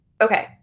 Okay